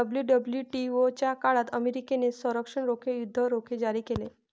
WWTO च्या काळात अमेरिकेने संरक्षण रोखे, युद्ध रोखे जारी केले